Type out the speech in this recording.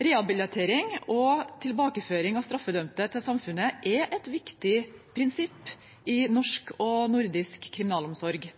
Rehabilitering og tilbakeføring av straffedømte til samfunnet er et viktig prinsipp i norsk og nordisk kriminalomsorg,